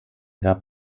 gab